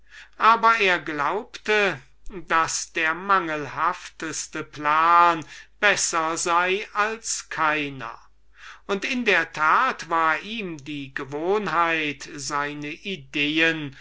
aber er glaubte daß der mangelhafteste plan besser sei als gar keiner und in der tat war ihm die gewohnheit seine ideen